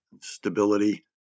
stability